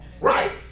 Right